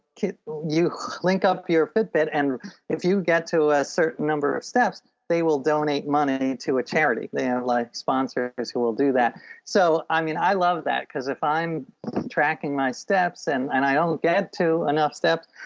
you link up your fit-bit and if you get to a certain number of steps they will donate money to a charity, they have like sponsors who will do that so, i mean, i love that because if i'm tracking my steps and and i won't get to enough step,